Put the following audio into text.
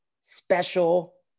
special